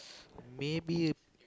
maybe